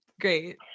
great